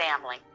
family